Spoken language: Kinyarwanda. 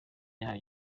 yahawe